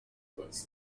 was